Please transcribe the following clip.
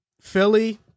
Philly